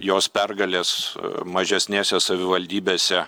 jos pergalės mažesnėse savivaldybėse